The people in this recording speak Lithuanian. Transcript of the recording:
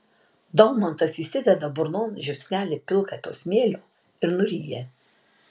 daumantas įsideda burnon žiupsnelį pilkapio smėlio ir nuryja